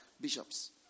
bishops